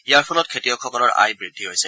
ইয়াৰ ফলত খেতিয়কসকলৰ আয় বৃদ্ধি পাইছে